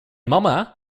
mama